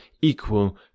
equal